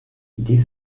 dies